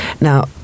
now